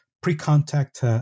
pre-contact